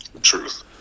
Truth